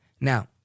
Now